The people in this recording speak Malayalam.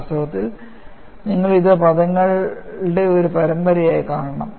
വാസ്തവത്തിൽ നിങ്ങൾ ഇത് പദങ്ങളുടെ ഒരു പരമ്പരയായി കാണണം